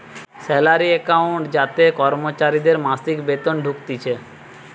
salary account যাতে কর্মচারীদের মাসিক বেতন ঢুকতিছে